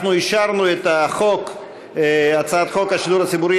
אנחנו אישרנו את הצעת חוק השידור הציבורי